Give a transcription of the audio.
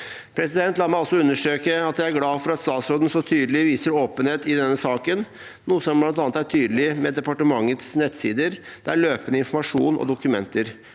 La meg også understreke at jeg er glad for at statsråden så tydelig viser åpenhet i denne saken, noe som bl.a. er tydelig på departementets nettsider, der løpende informasjon og dokumenter